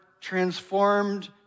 transformed